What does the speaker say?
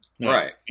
Right